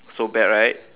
so bad right